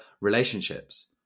relationships